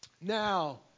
Now